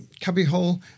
cubbyhole